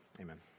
amen